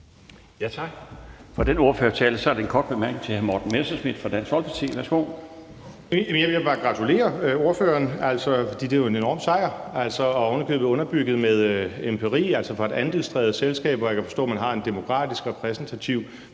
Jeg vil bare gratulere ordføreren, for det er jo en enorm sejr, og det er jo endda underbygget med empiri, altså fra et andelsejet selskab, hvor jeg kan forstå at man har en demokratisk og repræsentativ